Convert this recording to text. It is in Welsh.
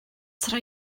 tra